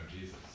Jesus